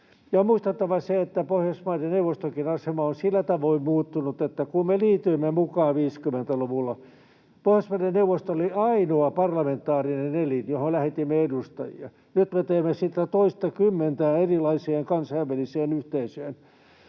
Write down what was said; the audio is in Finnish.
On muistettava, että Pohjoismaiden neuvostonkin asema on sillä tavoin muuttunut, että kun me liityimme mukaan 50-luvulla, Pohjoismaiden neuvosto oli ainoa parlamentaarinen elin, johon lähetimme edustajia, ja nyt me teemme sitä toiseenkymmeneen erilaiseen kansainväliseen yhteisöön.